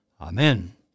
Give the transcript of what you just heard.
Amen